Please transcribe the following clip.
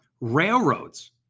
Railroads